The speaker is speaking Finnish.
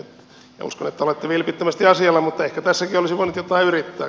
uskon että olette vilpittömästi asialla mutta ehkä tässäkin olisi voinut jotain yrittää